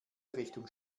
richtung